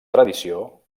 tradició